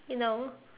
you know